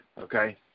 okay